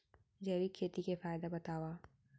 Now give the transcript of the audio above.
जैविक खेती के फायदा बतावा?